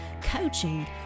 coaching